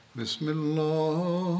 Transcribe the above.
Bismillah